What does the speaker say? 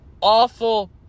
awful